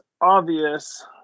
obvious